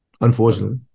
unfortunately